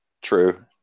True